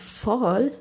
fall